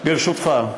ברשותך,